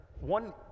one